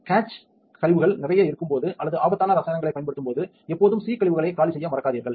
catch கழிவுகள் நிறைய இருக்கும்போது அல்லது ஆபத்தான ரசாயனங்களைப் பயன்படுத்தும்போது எப்போதும் C கழிவுகளை காலி செய்ய மறக்காதீர்கள்